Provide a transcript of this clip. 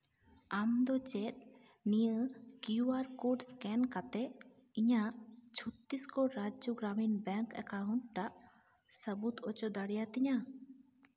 ᱟᱢᱫᱚ ᱪᱮᱫ ᱱᱤᱭᱟᱹ ᱠᱤᱭᱩ ᱟᱨ ᱠᱳᱰ ᱮᱥᱠᱮᱱ ᱠᱟᱛᱮᱫ ᱤᱧᱟᱹᱜ ᱪᱷᱚᱛᱨᱤᱥᱜᱚᱲ ᱨᱟᱡᱡᱚ ᱜᱨᱟᱢᱤᱱ ᱵᱮᱝᱠ ᱮᱠᱟᱣᱩᱱᱴ ᱴᱟᱜ ᱥᱟᱹᱵᱩᱫ ᱚᱪᱚ ᱫᱟᱲᱮᱭᱟᱛᱤᱧᱟᱹ